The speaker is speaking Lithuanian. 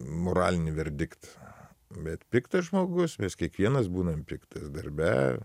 moralinį verdiktą bet piktas žmogus mes kiekvienas būnam piktas darbe